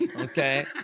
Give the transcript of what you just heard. okay